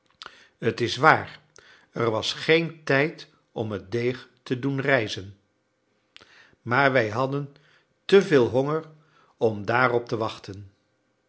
t is waar er was geen tijd om het deeg te doen rijzen maar wij hadden te veel honger om daarop te wachten